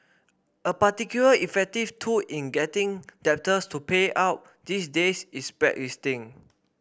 a particularly effective tool in getting debtors to pay up these days is blacklisting